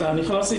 יודע,